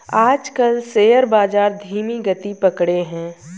आजकल शेयर बाजार धीमी गति पकड़े हैं